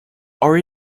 are